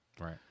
Right